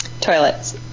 Toilets